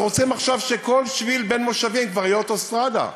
אז רוצים עכשיו שכל שביל בין מושבים כבר יהיה אוטוסטרדה,